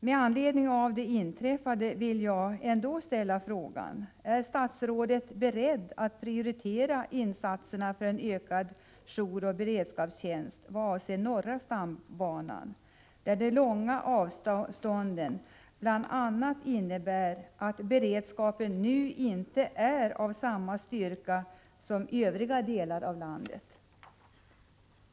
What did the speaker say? Med anledning av det inträffade vill jag ställa frågan: Är statsrådet beredd att prioritera insatserna för en ökad jouroch beredskapstjänst när det gäller norra stambanan, där de långa avstånden bl.a. innebär att beredskapen nu inte är av samma styrka som i övriga delar av landet?